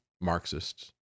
Marxists